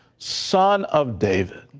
son of david,